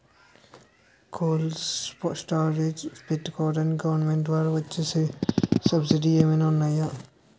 Cold storage పెట్టుకోడానికి government ద్వారా వచ్చే సబ్సిడీ ఏమైనా ఉన్నాయా?